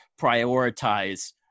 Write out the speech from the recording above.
prioritize